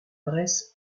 bresse